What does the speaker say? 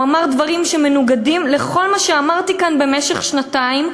הוא אמר דברים שמנוגדים לכל מה שאמרתי כאן במשך שנתיים.